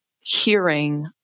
hearing